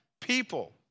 people